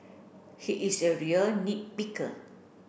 he is a real nit picker